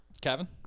kevin